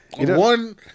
One